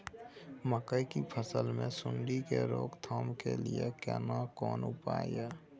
मकई की फसल मे सुंडी के रोक थाम के लिये केना कोन उपाय हय?